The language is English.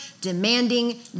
demanding